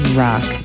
rock